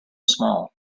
small